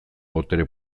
botere